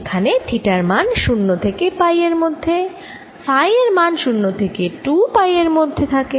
এখানে থিটার মান 0 থেকে পাই এর মধ্যে ফাই এর মান 0 থেকে 2 পাই এর মধ্যে থাকে